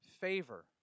favor